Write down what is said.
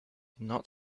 not